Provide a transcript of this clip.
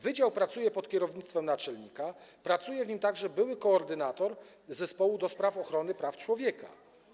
Wydział pracuje pod kierownictwem naczelnika, pracuje w nim także były koordynator zespołu do spraw ochrony praw człowieka.